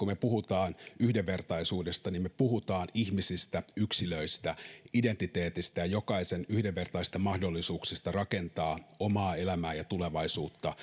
me puhumme yhdenvertaisuudesta niin me puhumme ihmisistä yksilöistä identiteetistä ja jokaisen yhdenvertaisista mahdollisuuksista rakentaa omaa elämää ja tulevaisuutta